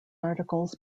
articles